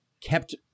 kept